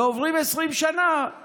ועוברות 20 שנים,